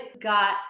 got